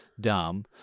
dumb